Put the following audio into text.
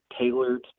tailored